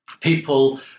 people